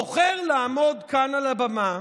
בוחר לעמוד כאן על הבמה,